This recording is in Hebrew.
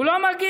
הוא לא מגיע.